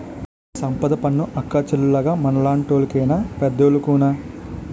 ఈ సంపద పన్ను అక్కచ్చాలుగ మనలాంటోళ్లు కేనా పెద్దోలుకున్నా